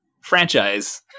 franchise